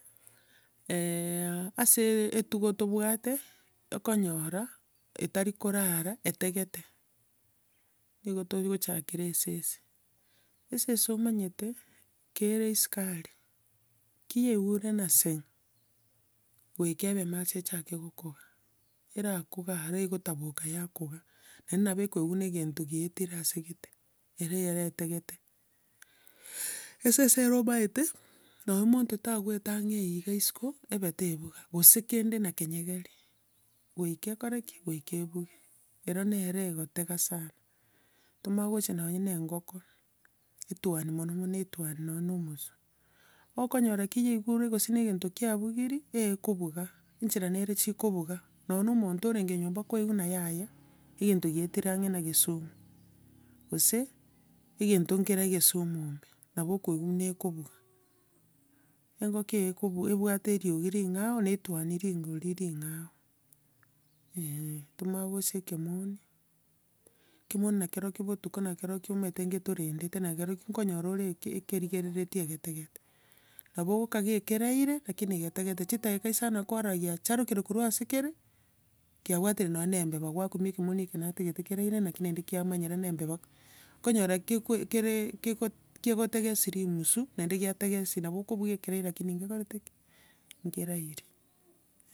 ase etugo tobwate, okonyora, etari korara, etegete, nigo togochakera esese. Esese omanyete, kere isiko aria ki yaigure ng'a seng', goika ebe macho echake kokuga, erakuge aro, egotaboboka yakuga. Naende nabo ekoigwa ng'a egento giaetire asegete, ere ereetegete. Esese ero omanyete, nonya na omonto tagoeta ang'e igaa isiko, ebe tebuga, gose kende nakenyegeria, goika ekore ki? goika ebuge. Ero nere egotega sana. Tomanye gocha nonya na engoko, etwani mono mono, etwani nonya na omosu. okonyora ki yaigure gose ne egento kiabugirie, eekobuga, enchera nere chikobuga. Nonya na omonto orenge nyomba, kwaigwa buna yaya egento kiaetire ang'e na egesumu. Gose egento nkere egesumu ime nabo okoigwa buna ekobuga. Engoko eekobu- ebwate eriogi ring'ao na etwani ringori ring'ao, eeh. Tomanye gocha ekemoni, ekemoni nakerokio botuko, nakerokio, omanyete ketorendete na kerokio, nkonyora ore eke- ekerigereretie egetegete. Nabo okogaka keraire, lakini getegete, chidaki isano kwarora giacharokire korwa ase kere kiabwatire nonya na embeba kwakumia ekemoni eke natigete keraire, naki naende kiamanyera ng'a embeba okonyora kekue- kere keko- kegotegesia rimusu, naende kiategesi nabo okobuga ekeraire lakini nkekorete ki? Nkerairi.